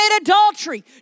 adultery